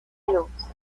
plus